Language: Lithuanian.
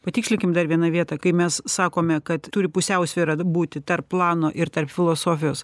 patikslinkim dar vieną vietą kai mes sakome kad turi pusiausvyra būti tarp plano ir tarp filosofijos